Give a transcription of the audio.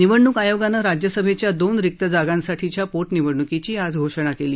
निवडणूक आयोगानं राज्यसभेच्या दोन रिक्त जागांसाठीच्या पोटनिवडण्कीची आज घोषणा केली